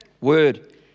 Word